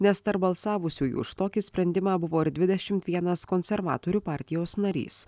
nes tarp balsavusiųjų už tokį sprendimą buvo ir dvidešimt vienas konservatorių partijos narys